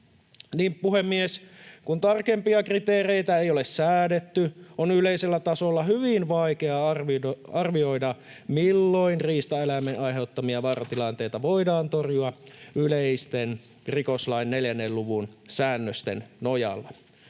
Puhemies! Kun tarkempia kriteereitä ei ole säädetty, on yleisellä tasolla hyvin vaikea arvioida, milloin riistaeläimen aiheuttamia vaaratilanteita voidaan torjua yleisten rikoslain 4 luvun säännösten nojalla.